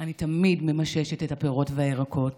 אני תמיד ממששת את הפירות והירקות